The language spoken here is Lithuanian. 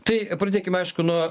tai pradėkime aišku nuo